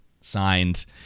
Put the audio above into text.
signed